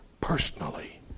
personally